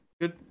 Good